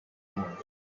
war